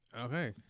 Okay